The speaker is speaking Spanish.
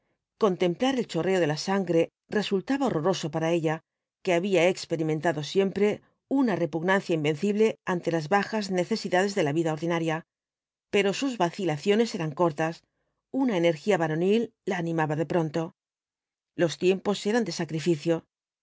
contemplar el chorreo de la sangre resultaba horroroso para ella que había experimentado siempre una repugnancia invencible ante las bajas necesidades de la vida ordinaria pero sus vacilaciones eran cortas una energía varonil la animaba de pronto los tiempos eran de sacrificio